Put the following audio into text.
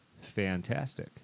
fantastic